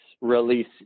release